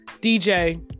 DJ